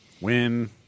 Win